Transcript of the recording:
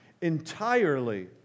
entirely